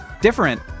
different